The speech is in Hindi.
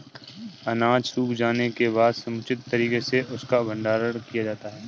अनाज सूख जाने के बाद समुचित तरीके से उसका भंडारण किया जाता है